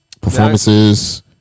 performances